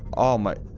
oh my.